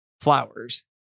flowers